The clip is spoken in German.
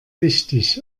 wichtig